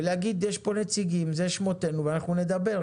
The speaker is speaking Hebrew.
ולהגיד: יש פה נציגים, אלה שמותינו, ואנחנו נדבר.